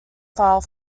file